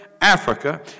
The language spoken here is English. Africa